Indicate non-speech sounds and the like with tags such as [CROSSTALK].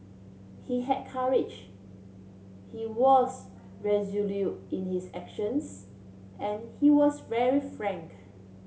he had courage he was [UNINTELLIGIBLE] in his actions and he was very frank